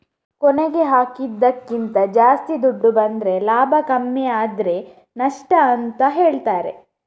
ಕೊನೆಗೆ ಹಾಕಿದ್ದಕ್ಕಿಂತ ಜಾಸ್ತಿ ದುಡ್ಡು ಬಂದ್ರೆ ಲಾಭ ಕಮ್ಮಿ ಆದ್ರೆ ನಷ್ಟ ಅಂತ ಹೇಳ್ತಾರೆ